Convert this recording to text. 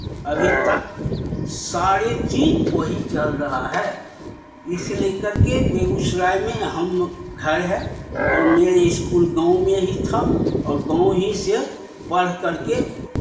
अभी तक सारे चीज़ वही चल रहा है इस लेकर के बेगूसराय में हम घर है और मेरे स्कूल गाँव में ही था और गाँव ही से पढ़ कर के